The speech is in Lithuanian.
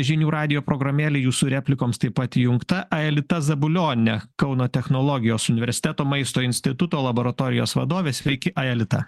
žinių radijo programėlė jūsų replikoms taip pat įjungta ailita zabilionienė kauno technologijos universiteto maisto instituto laboratorijos vadovė sveiki aelita